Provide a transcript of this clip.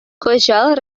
кӑҫал